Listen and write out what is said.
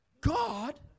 God